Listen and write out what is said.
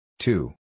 Two